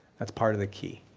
that's part of the key.